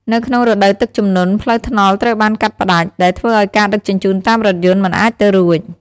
នៅក្នុងរដូវទឹកជំនន់ ផ្លូវថ្នល់ត្រូវបានកាត់ផ្តាច់ ដែលធ្វើឱ្យការដឹកជញ្ជូនតាមរថយន្តមិនអាចទៅរួច។